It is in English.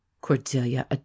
Cordelia